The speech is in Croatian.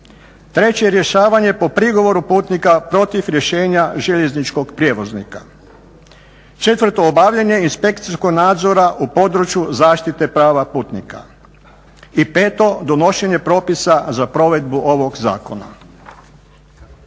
3. Rješavanje po prigovoru putnika protiv rješenja željezničkog prijevoznika, 4. Obavljanje inspekcijskog nadzora u području zaštite prava putnika i 5. Donošenje propisa za provedbu ovog zakona.